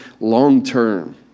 long-term